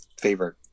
favorite